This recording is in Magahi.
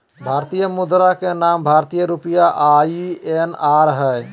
भारतीय मुद्रा के नाम भारतीय रुपया आई.एन.आर हइ